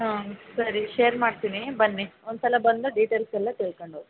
ಹಾಂ ಸರಿ ಶೇರ್ ಮಾಡ್ತೀನಿ ಬನ್ನಿ ಒಂದು ಸಲ ಬಂದು ಡೀಟೇಲ್ಸ್ ಎಲ್ಲ ತಿಳ್ಕೊಂಡು ಹೋಗಿ